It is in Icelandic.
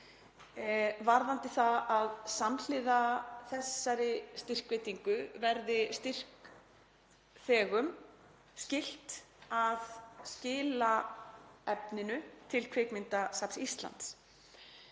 varðandi það að samhliða þessari styrkveitingu verði styrkþegum skylt að skila efninu til Kvikmyndasafns Íslands.